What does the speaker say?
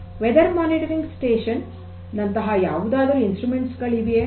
ಹವಾಮಾನ ಮೇಲ್ವಿಚಾರಣಾ ಕೇಂದ್ರದಂತಹ ಯಾವುದಾದರೂ ಉಪಕರಣಗಳು ಇವೆಯೇ